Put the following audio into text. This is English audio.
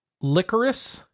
licorice